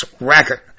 record